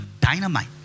dynamite